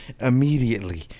immediately